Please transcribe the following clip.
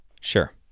Sure